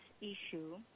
issue